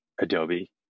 Adobe